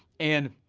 and,